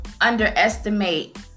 underestimate